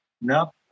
No